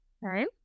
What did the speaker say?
right